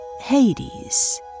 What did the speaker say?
Hades